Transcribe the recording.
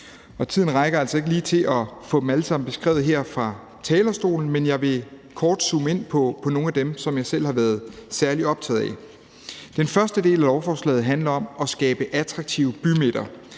tiden rækker altså ikke lige til at få dem alle sammen beskrevet her fra talerstolen, men jeg vil kort zoome ind på nogle af dem, som jeg selv har været særlig optaget af. Den første del af lovforslaget handler om at skabe attraktive bymidter.